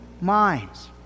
minds